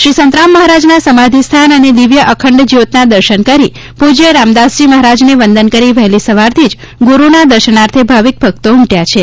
શ્રી સંતરામ મહારાજના સમાધિ સ્થાન અને દિવ્ય અખંડ જ્યોતના દર્શન કરી પૂજ્ય રામદાસજી મહારાજને વંદન કરી વહેલી સવારથી જ ગુરૂના દર્શનાર્થે ભાવિક ભક્તો ઉમટ્ચા છે